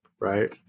Right